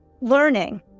learning